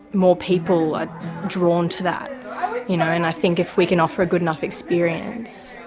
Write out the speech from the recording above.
more people are drawn to that you know and i think if we can offer a good enough experience,